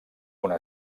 una